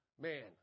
man